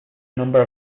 number